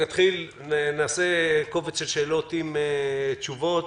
נתחיל עם קובץ שאלות עם תשובות.